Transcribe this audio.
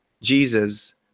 Jesus